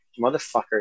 motherfucker